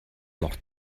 noch